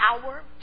power